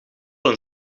een